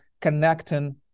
connecting